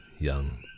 young